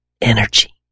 energy